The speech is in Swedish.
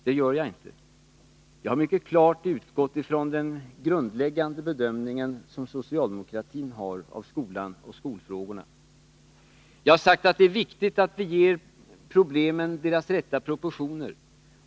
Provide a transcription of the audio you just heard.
Det gör jag inte. Jag har mycket klart utgått från socialdemokratins grundläggande bedömning av skolan och skolfrågorna. Det är viktigt, har jag sagt, att ge problemen deras rätta proportioner.